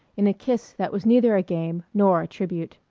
in a kiss that was neither a game nor a tribute.